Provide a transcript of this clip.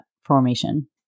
formation